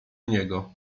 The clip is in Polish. niego